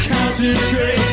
Concentrate